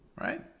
right